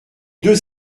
deux